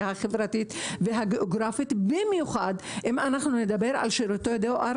החברתית והגיאוגרפית במיוחד אם אנחנו נדבר על שירותי דואר